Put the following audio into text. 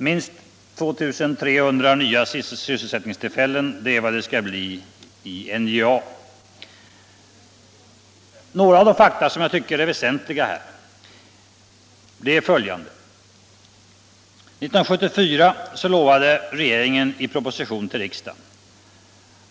Minst 2 300 nya sysselsättningstillfällen är vad det skall bli i NJA. 1974 lovade regeringen i proposition till riksdagen